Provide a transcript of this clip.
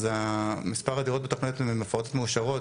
אז מספר הדירות בתוכניות מפורטות מאושרות,